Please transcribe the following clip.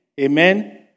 Amen